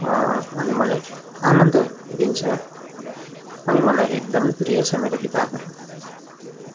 अनि मलाई आनन्द दिन्छ अनि मलाई एकदमै प्रिय छ मेरो किताबहरू